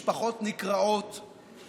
משפחות נקרעות,